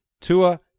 Tua